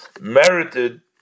merited